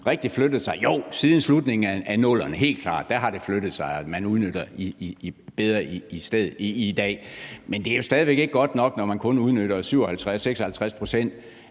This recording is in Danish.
rigtig flyttet sig – jo, siden slutningen af 00'erne har det helt klart flyttet sig, og man udnytter kapaciteten bedre i dag. Men det er jo stadig væk ikke godt nok, når man kun udnytter 56-57 pct.